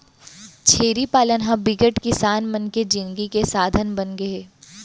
छेरी पालन ह बिकट किसान मन के जिनगी के साधन बनगे हे